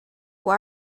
why